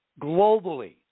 globally